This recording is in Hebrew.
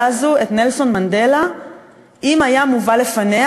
הזאת את נלסון מנדלה אם היה מובא לפניה,